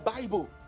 bible